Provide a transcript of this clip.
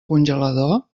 congelador